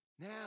Now